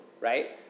right